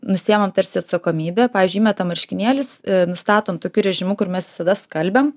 nusiimam tarsi atsakomybę pavyzdžiui įmetam marškinėlius nustatom tokiu režimu kur mes visada skalbiam